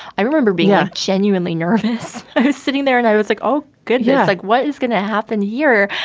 i remember being a genuinely nervous who's sitting there. and i was like, oh, goodness, like, what is going to happen here?